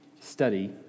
study